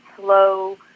slow